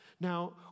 Now